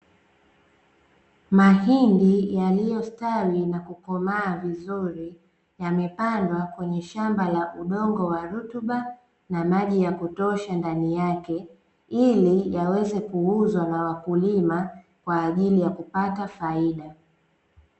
Mahindi yaliyostawi na kukomaa vizuri, yamepandwa kwenye shamba la udongo wa rutuba na maji ya kutosha ndani yake ili yaweze kuuzwa na wakulima kwa ajili ya kupata faida.